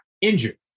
injured